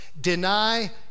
deny